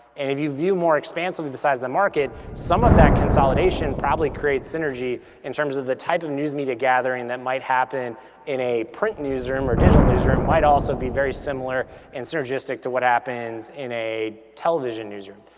and if you view more expansive with the size of the market, some of that consolidation probably creates synergy in terms of the type of news media gathering that might happen in a print newsroom or digital newsroom might also be very similar and synergistic to what happens in a television newsroom.